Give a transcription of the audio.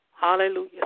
Hallelujah